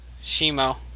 Shimo